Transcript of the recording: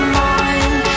mind